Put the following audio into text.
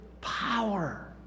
power